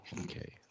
Okay